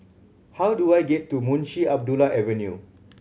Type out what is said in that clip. how do I get to Munshi Abdullah Avenue